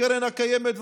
הקרן הקיימת,